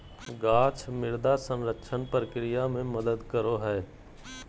गाछ मृदा संरक्षण प्रक्रिया मे मदद करो हय